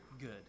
good